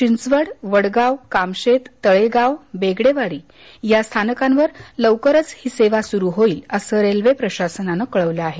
चिंचवड वडगांव कामशेत तळेगाव बेगडेवाडी या स्थानकावर लवकरच ही सेवा सुरू होईल असं रेल्वे प्रशासनानं कळवलं आहे